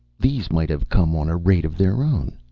these might have come on a raid of their own.